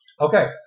Okay